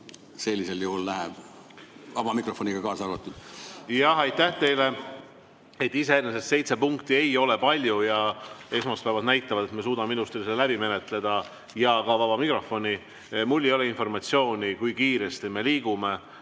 sellisel juhul läheb, vaba mikrofon kaasa arvatud? Aitäh teile! Iseenesest seitse punkti ei ole palju ja esmaspäevad on näidanud, et me suudame ilusti need läbi menetleda, ka vaba mikrofoni. Mul ei ole informatsiooni, kui kiiresti me [täna] liigume.